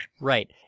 Right